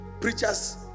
preachers